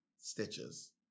stitches